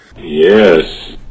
Yes